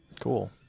Cool